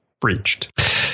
breached